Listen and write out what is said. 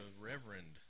reverend